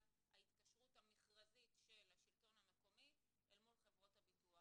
מכרז ההתקשרות של השלטון המקומי אל מול חברות הביטוח.